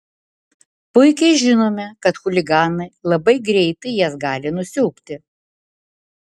puikiai žinome kad chuliganai labai greitai jas gali nusiaubti